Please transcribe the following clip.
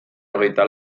hogeita